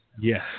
Yes